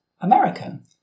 American